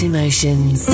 Emotions